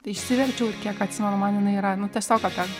išsiverčiau ir kiek atsimenu man jinai yra nu tiesiog apie